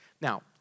Now